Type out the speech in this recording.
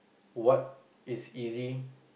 what is easy